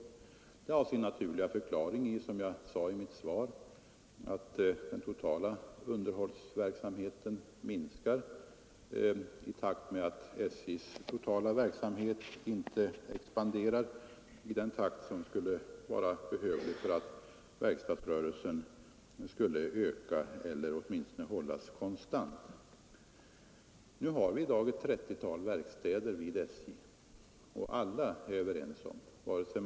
Detta har sin naturliga förklaring i — och det har jag också sagt i mitt svar — att den totala underhållsverksamheten minskar därför att SJ:s totala verksamhet inte expanderar i den takt som vore behövlig om verkstadsrörelsen skulle öka eller åtminstone hållas konstant. SJ har i dag ett 30-tal verkstäder. Alla håller med om att det är ett för stort antal verkstäder.